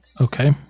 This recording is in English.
okay